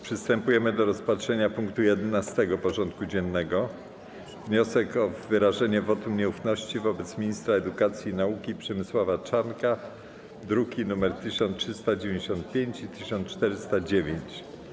Przystępujemy do rozpatrzenia punktu 11. porządku dziennego: Wniosek o wyrażenie wotum nieufności wobec Ministra Edukacji i Nauki - Przemysława Czarnka (druki nr 1395 i 1409)